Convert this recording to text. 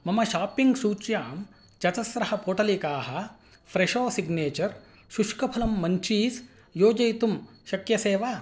मम शाप्पिङ्ग् सूच्यां चतस्रः पोटलिकाः फ़्रेशो सिग्नेचर् शुष्कफलं मञ्चीस् योजयितुं शक्यसे वा